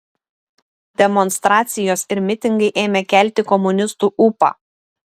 demonstracijos ir mitingai ėmė kelti komunistų ūpą